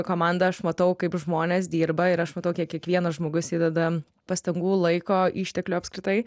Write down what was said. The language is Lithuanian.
komanda aš matau kaip žmonės dirba ir aš matau kiek kiekvienas žmogus įdeda pastangų laiko išteklių apskritai